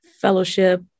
fellowship